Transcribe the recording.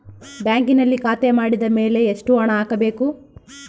ಬ್ಯಾಂಕಿನಲ್ಲಿ ಖಾತೆ ಮಾಡಿದ ಮೇಲೆ ಎಷ್ಟು ಹಣ ಹಾಕಬೇಕು?